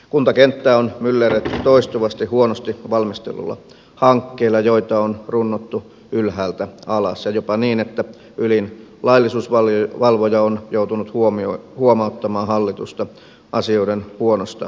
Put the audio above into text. kuntakenttää on myllerretty toistuvasti huonosti valmistelluilla hankkeilla joita on runnottu ylhäältä alas ja jopa niin että ylin laillisuusvalvoja on joutunut huomauttamaan hallitusta asioiden huonosta valmistelusta